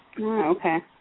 Okay